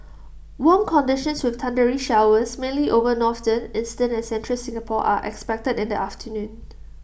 warm conditions with thundery showers mainly over northern eastern and central Singapore are expected in the afternoon